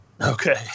okay